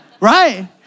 Right